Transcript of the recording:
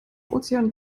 ozean